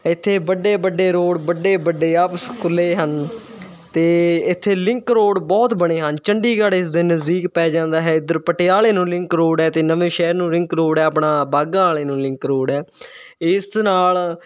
ਇੱਥੇ ਵੱਡੇ ਵੱਡੇ ਰੋਡ ਵੱਡੇ ਵੱਡੇ ਆਫ਼ਿਸ ਖੁੱਲ੍ਹੇ ਹਨ ਅਤੇ ਇੱਥੇ ਲਿੰਕ ਰੋਡ ਬਹੁਤ ਬਣੇ ਹਨ ਚੰਡੀਗੜ੍ਹ ਇਸ ਦੇ ਨਜ਼ਦੀਕ ਪੈ ਜਾਂਦਾ ਹੈ ਇੱਧਰ ਪਟਿਆਲੇ ਨੂੰ ਲਿੰਕ ਰੋਡ ਹੈ ਅਤੇ ਨਵੇਂ ਸ਼ਹਿਰ ਨੂੰ ਲਿੰਕ ਰੋਡ ਹੈ ਆਪਣਾ ਬਾਘਾਂ ਵਾਲ਼ੇ ਨੂੰ ਲਿੰਕ ਰੋਡ ਹੈ ਇਸ ਨਾਲ਼